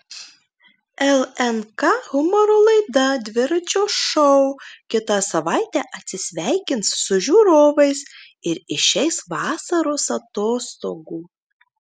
lnk humoro laida dviračio šou kitą savaitę atsisveikins su žiūrovais ir išeis vasaros atostogų